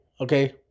okay